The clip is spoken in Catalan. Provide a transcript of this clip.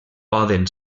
poden